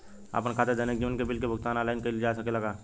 आपन खाता से दैनिक जीवन के बिल के भुगतान आनलाइन कइल जा सकेला का?